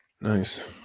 Nice